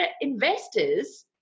investors